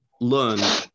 learn